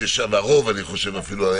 הרוב אני חושב אפילו.